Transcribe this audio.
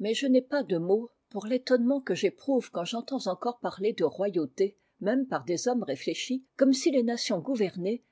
mais je n'ai pas de mots pour l'étonnement que j'éprouve quand j'entends encore parler de royauté même par des hommes réfléchis comme si les nations gouvernées